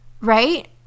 right